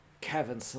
Kevin